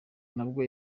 nabwo